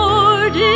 Lord